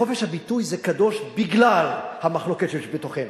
חופש הביטוי קדוש בגלל המחלוקת שבתוכנו.